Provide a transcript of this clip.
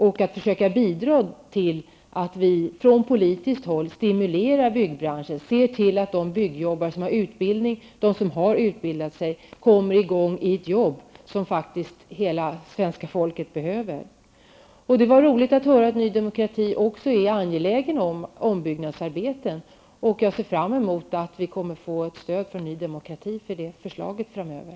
Vi skall från politiskt håll försöka bidra till att stimulera byggbranschen och se till att de byggarbetare som har utbildning får arbeten -- arbeten som behövs för hela svenska folket. Det var också roligt att även Ny Demokrati är angelägna om att sätta igång ombyggnadsarbeten. Jag ser fram emot att vi i vänsterpartiet kommer att få stöd från Ny Demokrati för det förslaget framöver.